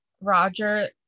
Roger